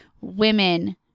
women